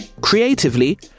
Creatively